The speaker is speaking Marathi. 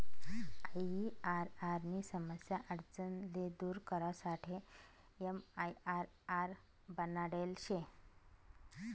आईआरआर नी समस्या आडचण ले दूर करासाठे एमआईआरआर बनाडेल शे